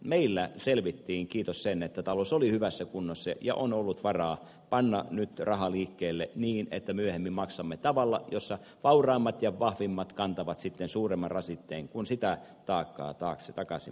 meillä selvittiin kiitos sen että talous oli hyvässä kunnossa ja on ollut varaa panna nyt rahaa liikkeelle niin että myöhemmin maksamme tavalla jossa vauraimmat ja vahvimmat kantavat sitten suuremman rasitteen kun sitä taakkaa takaisin maksetaan